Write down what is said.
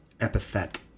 Epithet